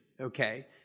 Okay